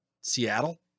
Seattle